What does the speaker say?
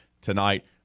tonight